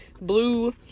Blue